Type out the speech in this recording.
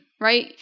right